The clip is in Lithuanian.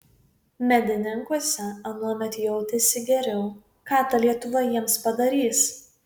medininkuose anuomet jautėsi geriau ką ta lietuva jiems padarys